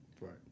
right